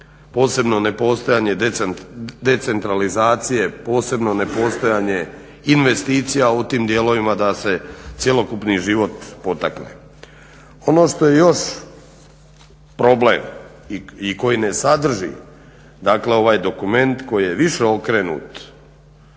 posebno nepostojanje decentralizacije, posebno nepostojanje investicija u tim dijelovima da se cjelokupni život potakne. Ono što je još problem i koji ne sadrži, dakle ovaj dokument koji je više okrenut